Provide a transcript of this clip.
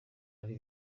ari